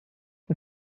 the